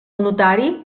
notari